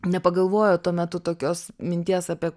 nepagalvojo tuo metu tokios minties apie